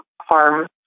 harm